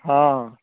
ହଁ